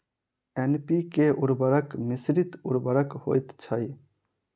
NPK उर्वरक मिश्रित उर्वरक होइत छै